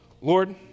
Lord